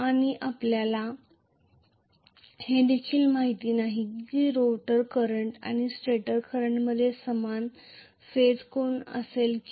आणि आपल्याला हे देखील माहित नाही की रोटर करंट आणि स्टेटर करंटमध्ये समान फेज कोन असेल किंवा नाही